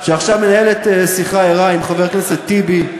היא עכשיו מנהלת שיחה ערה עם חבר הכנסת טיבי,